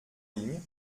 ligne